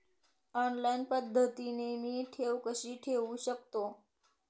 Online पद्धतीने मी ठेव कशी ठेवू शकतो?